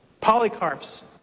Polycarp's